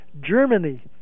Germany